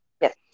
Yes